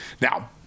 Now